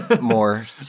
more